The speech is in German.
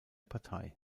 partei